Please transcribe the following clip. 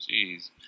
Jeez